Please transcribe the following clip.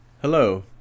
Hello